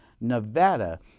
Nevada